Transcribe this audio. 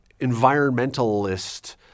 environmentalist